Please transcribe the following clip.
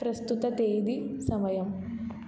ప్రస్తుత తేదీ సమయం